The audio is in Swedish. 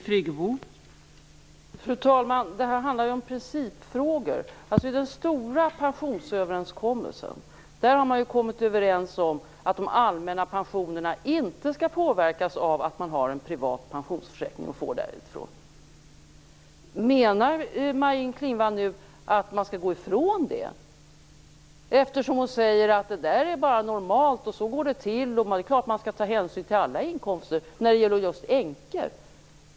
Fru talman! Det här handlar om principfrågor. I den stora pensionsöverenskommelsen har man ju sagt att de allmänna pensionerna inte skall påverkas av privata pensionsförsäkringar. Menar Maj-Inger Klingvall att man skall gå ifrån det? Hon säger ju att det bara är normalt, att så går det till och att det är klart att hänsyn skall tas till alla inkomster, när det gäller just änkor.